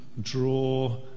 draw